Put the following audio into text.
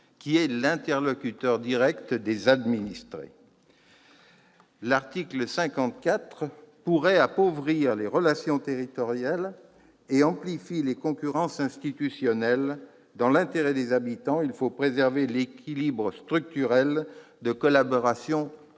qui reste l'interlocuteur direct des administrés. Or l'article 54 de la loi MAPTAM pourrait appauvrir les relations territoriales et amplifier les concurrences institutionnelles. Dans l'intérêt des habitants, il faut préserver l'équilibre structurel des collaborations